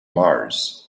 mars